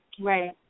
Right